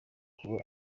kuba